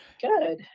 Good